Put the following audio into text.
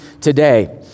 today